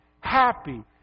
Happy